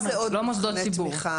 לא מוסדות ציבור.